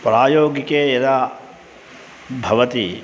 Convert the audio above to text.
प्रायोगिके यदा भवति